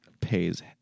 Pays